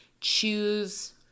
choose